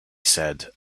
said